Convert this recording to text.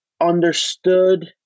understood